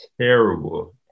terrible